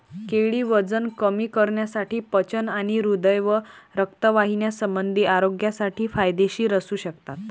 केळी वजन कमी करण्यासाठी, पचन आणि हृदय व रक्तवाहिन्यासंबंधी आरोग्यासाठी फायदेशीर असू शकतात